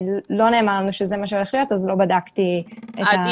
ולא נאמר לנו שזה מה שהולך להיות ולכן לא בדקתי את גובה האחוז.